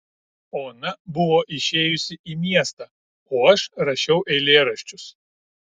ona buvo išėjusi į miestą o aš rašiau eilėraščius